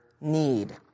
need